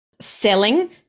selling